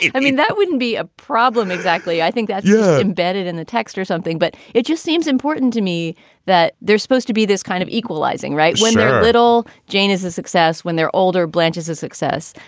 yeah i mean. that wouldn't be a problem. exactly i think that you're yeah embedded in the text or something, but it just seems important to me that they're supposed to be this kind of equalizing right when they're little. jane is a success when they're older, blanches a success.